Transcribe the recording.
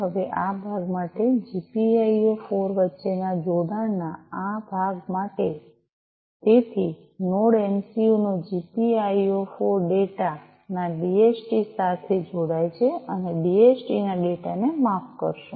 હવે આ ભાગ માટે આ જીપીઆઈઑ 4 વચ્ચેના જોડાણના આ ભાગ માટે તેથી નોડ એમસિયું નો જીપીઆઈઑ 4 ડેટા ના ડીએચટી સાથે જોડાય છે અને ડીએચટી ના ડેટાને માફ કરશો